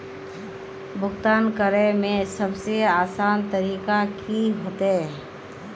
भुगतान करे में सबसे आसान तरीका की होते?